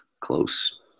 close